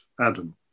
Adam